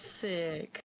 sick